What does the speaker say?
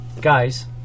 Guys